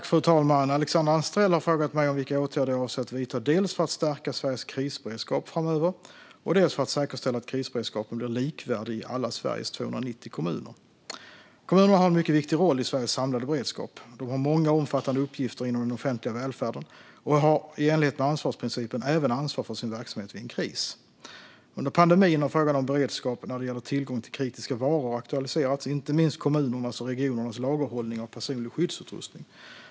Fru talman! Alexandra Anstrell har frågat mig vilka åtgärder jag avser att vidta dels för att stärka Sveriges krisberedskap framöver, dels för att säkerställa att krisberedskapen blir likvärdig i alla Sveriges 290 kommuner. Kommunerna har en mycket viktig roll i Sveriges samlade beredskap. De har många och omfattande uppgifter inom den offentliga välfärden och har i enlighet med ansvarsprincipen även ansvar för sin verksamhet vid en kris. Under pandemin har frågan om beredskap när det gäller tillgång till kritiska varor aktualiserats, inte minst kommunernas och regionernas lagerhållning av personlig skyddsutrustning.